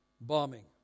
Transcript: bombing